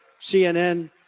CNN